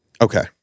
Okay